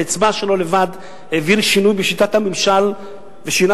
ובאצבע שלו לבד העביר שינוי בשיטת הממשל ושינה